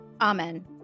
Amen